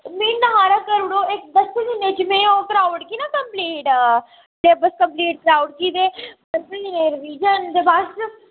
म्हीना हारा करी ओड़ेओ ते में दस्सें दिनें ई ओह् कराई ओड़गी ना कम्पलीट सलेब्स कम्पलीट कराई ओड़गी ते फिर रीविज़न ते बस